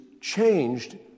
changed